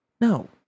No